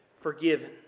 forgiven